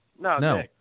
No